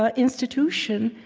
but institution,